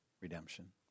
redemption